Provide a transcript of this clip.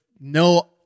no